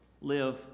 live